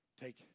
take